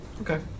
Okay